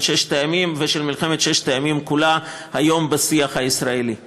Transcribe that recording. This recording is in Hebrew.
ששת הימים ושל מלחמת ששת הימים כולה בשיח הישראלי היום.